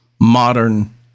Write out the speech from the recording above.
Modern